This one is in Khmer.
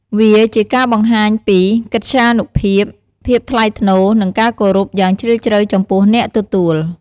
វាជាការបង្ហាញពី កិត្យានុភាព ភាពថ្លៃថ្នូរ និងការគោរព យ៉ាងជ្រាលជ្រៅចំពោះអ្នកទទួល។